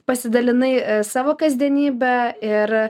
pasidalinai savo kasdienybe ir